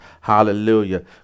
Hallelujah